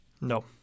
No